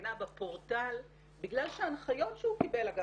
המדינה בגלל שההנחיות שהוא קיבל אגב,